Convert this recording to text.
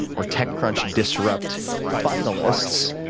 or tech crunch disrupt finalists,